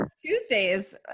Tuesdays